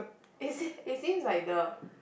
it seem it seems like the